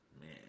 man